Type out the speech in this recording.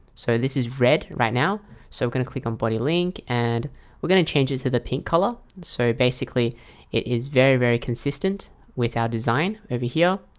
so this is red right now so i'm gonna click on body link and we're going to change it to the pink color so basically it is very very consistent with our design over here.